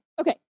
Okay